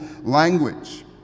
language